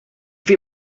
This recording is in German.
wir